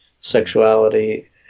sexuality